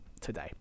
today